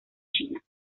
china